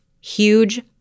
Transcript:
Huge